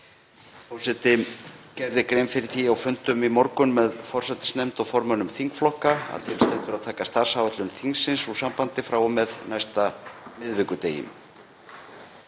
Forseti gerði grein fyrir því á fundum í morgun með forsætisnefnd og formönnum þingflokka að til stendur að taka starfsáætlun þingsins úr sambandi frá og með næsta miðvikudegi.